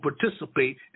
participate